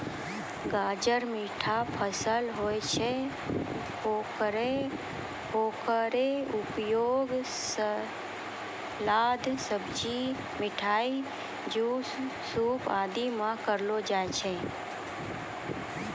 गाजर मीठा फसल होय छै, हेकरो उपयोग सलाद, सब्जी, मिठाई, जूस, सूप आदि मॅ करलो जाय छै